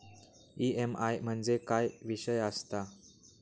EMI म्हणजे काय विषय आसता?